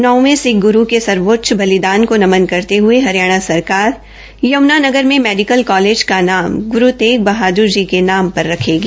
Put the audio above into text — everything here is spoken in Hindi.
नौवें सिख ग्रु के सर्वोच्च बलिदान को नमन करते हए हरियाणा सरकार यम्नानगर में मेडिकल कॉलेज का नाम ग्रु तेग बहाद्र जी के नाम पर रखेगी